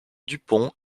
dupont